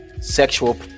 sexual